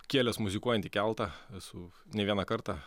kėlęs muzikuojantį keltą esu ne vieną kartą